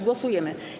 Głosujemy.